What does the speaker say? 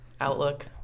Outlook